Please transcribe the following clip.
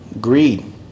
Greed